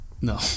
No